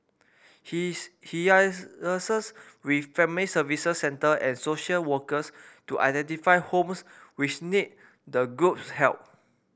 he is he liaises with family service centre and social workers to identify homes which need the group's help